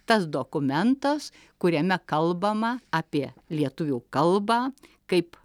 tas dokumentas kuriame kalbama apie lietuvių kalbą kaip